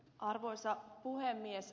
arvoisa puhemies